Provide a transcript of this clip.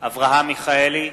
אברהם מיכאלי,